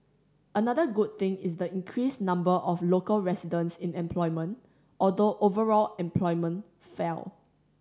another good thing is the increased number of local residents in employment although overall employment fell